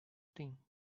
thing